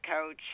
coach